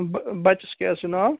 بَہ بَچَس کیٛاہ حظ چھِ ناو